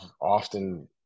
often